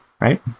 Right